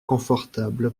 confortable